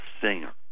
Singer